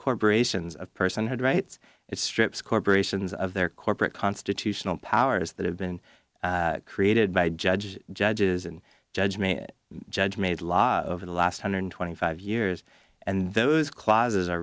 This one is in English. corporations of personhood rights it strips corporations of their corporate constitutional powers that have been created by judges judges and judge me judge made law over the last hundred twenty five years and those clauses are